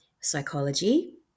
psychology